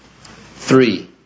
Three